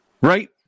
Right